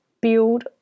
Build